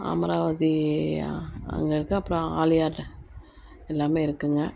அமராவதி அங்கேருக்கு அப்புறம் ஆலியா எல்லாமே இருக்குதுங்க